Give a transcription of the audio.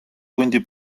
hundi